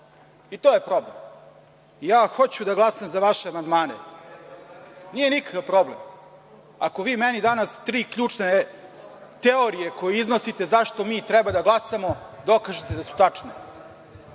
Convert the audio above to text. To je problem. Ja hoću da glasam za vaše amandmane. Nije nikakav problem, ako vi meni danas tri ključne teorije, koje iznosite, zašto mi treba da glasamo dokažete da su tačne.